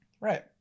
Right